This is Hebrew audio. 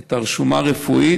את הרשומה הרפואית?